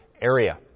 area